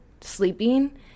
sleeping